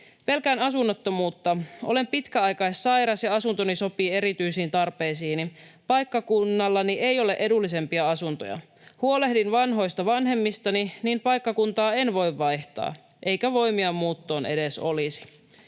”Pelkään asunnottomuutta. Olen pitkäaikaissairas, ja asuntoni sopii erityisiin tarpeisiini. Paikkakunnallani ei ole edullisempia asuntoja. Huolehdin vanhoista vanhemmistani, niin paikkakuntaa en voi vaihtaa, eikä voimia muuttoon edes olisi.”